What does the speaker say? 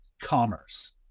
commerce